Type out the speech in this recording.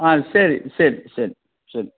ആ ശരി ശരി ശരി ശരി